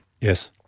Yes